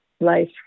life